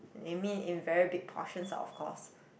I mean in very big portion of course